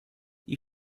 you